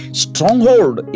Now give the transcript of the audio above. stronghold